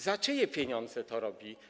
Za czyje pieniądze to robi?